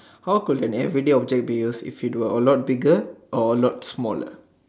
how could an everyday object be used if it were a lot bigger or a lot smaller